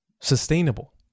sustainable